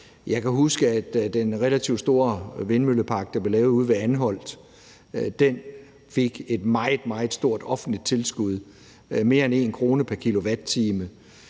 jeg huske, at den relativt store vindmøllepark, der blev lavet ved Anholt, fik et meget, meget stort offentligt tilskud, mere end 1 kr. pr. kWh.